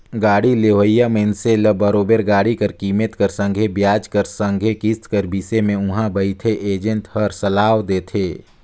गाड़ी लेहोइया मइनसे ल बरोबेर गाड़ी कर कीमेत कर संघे बियाज कर संघे किस्त कर बिसे में उहां बइथे एजेंट हर सलाव देथे